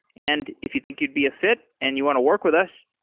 and if you think you'd be a fit and you want to work with us,